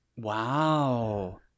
Wow